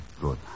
Good